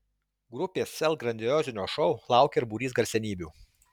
grupės sel grandiozinio šou laukia ir būrys garsenybių